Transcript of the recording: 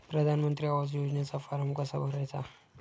प्रधानमंत्री आवास योजनेचा फॉर्म कसा भरायचा?